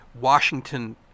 Washington